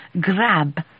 grab